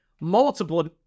multiple